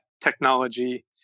technology